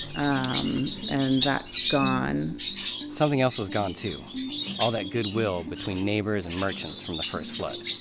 um and that's gone something else was gone, too all that goodwill between neighbors and merchants from the first flood.